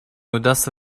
удастся